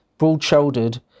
broad-shouldered